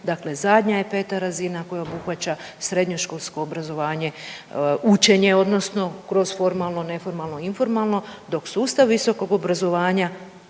dakle zadnja je 5. razina koja obuhvaća srednjoškolsko obrazovanje, učenje odnosno kroz formalno, neformalno, informalno dok sustav visokog obrazovanja